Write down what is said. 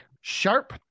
sharp